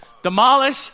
demolish